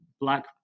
Black